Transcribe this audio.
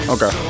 Okay